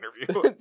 interview